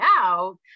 out